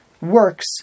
works